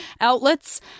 outlets